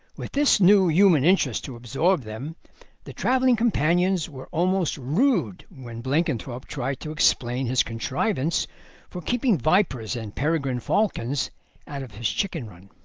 with this new human interest to absorb them the travelling companions were almost rude when blenkinthrope tried to explain his contrivance for keeping vipers and peregrine falcons out of his chicken-run.